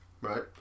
Right